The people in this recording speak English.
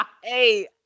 Hey